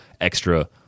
extra